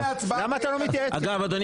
אגב, אדוני